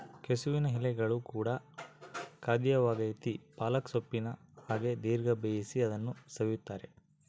ಕೆಸುವಿನ ಎಲೆಗಳು ಕೂಡ ಖಾದ್ಯವಾಗೆತೇ ಪಾಲಕ್ ಸೊಪ್ಪಿನ ಹಾಗೆ ದೀರ್ಘ ಬೇಯಿಸಿ ಅದನ್ನು ಸವಿಯುತ್ತಾರೆ